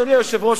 אדוני היושב-ראש,